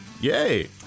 yay